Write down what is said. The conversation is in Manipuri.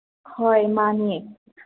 ꯍꯣꯏ ꯃꯥꯅꯤ